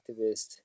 activist